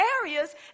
areas